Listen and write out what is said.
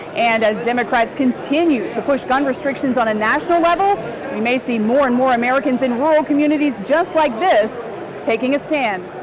and as democrats continue to push gun restrictions on a national level, we may see more and more americans in rural communities just like this taking a stand.